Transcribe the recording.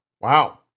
wow